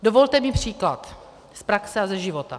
Dovolte mi příklad z praxe a ze života.